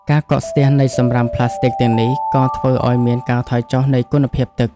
ការកកស្ទះនៃសម្រាមផ្លាស្ទិកទាំងនេះក៏ធ្វើឱ្យមានការថយចុះនៃគុណភាពទឹក។